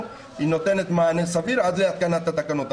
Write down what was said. נותנת מענה סביר עד להתקנת התקנות,